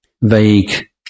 vague